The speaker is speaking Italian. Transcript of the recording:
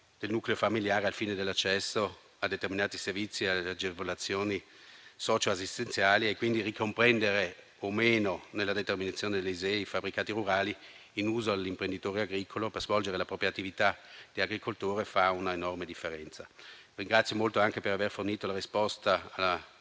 del nucleo familiare al fine dell'accesso a determinati servizi e alle agevolazioni socioassistenziali e, quindi, fa una enorme differenza ricomprendere o meno nella determinazione dell'ISEE i fabbricati rurali in uso all'imprenditore agricolo per svolgere la propria attività di agricoltore. Ringrazio molto anche per aver fornito la risposta